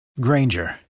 Granger